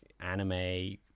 anime